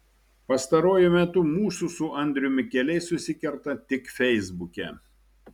pastaruoju metu mūsų su andriumi keliai susikerta tik feisbuke